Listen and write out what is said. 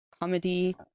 comedy